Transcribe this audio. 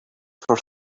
for